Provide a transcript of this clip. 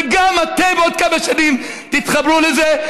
וגם אתם עוד כמה שנים תתחברו לזה,